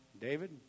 David